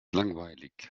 langweilig